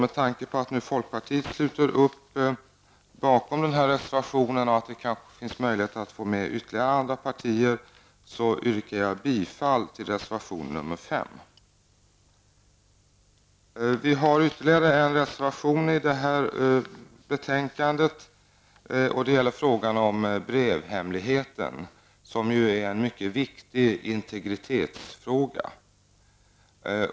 Eftersom folkpartiet nu sluter upp bakom reservationen och det kanske finns möjlighet att få med ytterligare partier yrkar jag bifall till reservation nr 5. Vi har ytterligare en reservation som är fogad till detta betänkande. Den gäller frågan om brevhemligheten, som är en mycket viktig integritetsfråga.